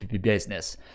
business